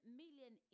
million